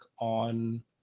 on